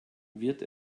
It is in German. wird